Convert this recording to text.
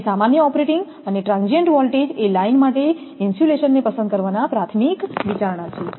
તેથી સામાન્ય ઓપરેટિંગ અને ટ્રાંસીયન્ટ વોલ્ટેજ એ લાઇન માટે ઇન્સ્યુલેશન પસંદ કરવાના પ્રાથમિક વિચારણા છે